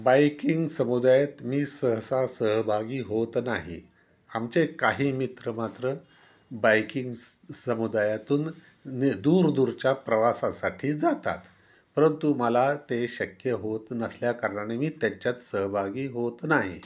biking समुदायात मी सहसा सहभागी होत नाही आमचे काही मित्र मात्र बायकिंग स समुदायातून नि दूरदूरच्या प्रवासासाठी जातात परंतु मला ते शक्य होत नसल्याकारणाने मी त्यांच्यात सहभागी होत नाही